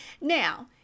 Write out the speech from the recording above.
Now